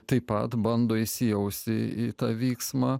taip pat bando įsijausti į tą vyksmą